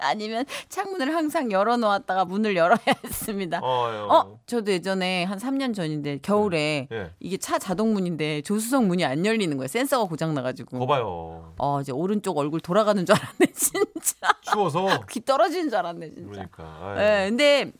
아니면 창문을 항상 열어놓았다가 문을 열어야 했습니다. 어, 어, 어. 저도 예전에 한 삼 년 전인데 네. 겨울에 예. 이게 차 자동문인데 조수석 문이 안 열리는 거예요. 센서가 고장 나가지고. 봐봐요. 어, 이제 오른쪽 얼굴 돌아가는 줄 알았네, 진짜. 추워서? 귀 떨어지는 줄 알았네, 진짜. 그러니까. 아유. 네, 근데